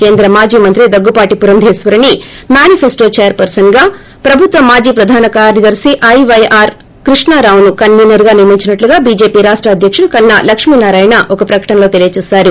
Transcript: కేంద్ర మాజీ మంత్రి దగ్గుబాటి పురంధేశ్వరిని మేనిఫెన్లో చైర్పర్సన్గా ప్రభుత్వ మాజీ ప్రధాన కార్యదర్తి ఐవైఆర్ కృష్ణారావును కన్వీనర్గాను నియమించినట్టు బీజేపీ రాష్ట అధ్యకుడు కన్నా లక్ష్మీ నారాయణ ఒక ప్రకటనలో తెలిపారు